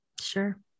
Sure